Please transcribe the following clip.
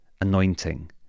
anointing